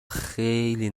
خیلی